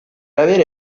avere